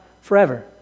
forever